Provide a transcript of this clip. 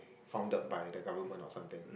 founded by the government or something